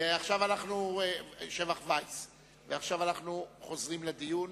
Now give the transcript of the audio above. ועכשיו אנחנו חוזרים לדיון.